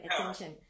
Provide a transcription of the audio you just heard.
attention